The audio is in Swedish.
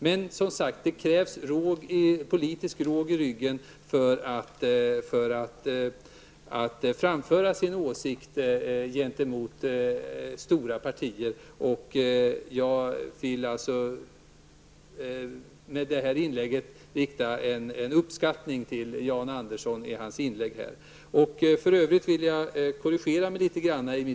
Men det krävs som sagt politisk råg i ryggen för att framföra sina åsikter gentemot stora partier. Jag vill med detta visa uppskattning för Jan För övrigt vill jag korrigera mitt yrkande något.